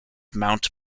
mount